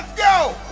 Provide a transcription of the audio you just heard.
go!